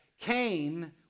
Cain